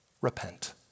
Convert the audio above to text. Repent